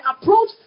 approach